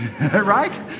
right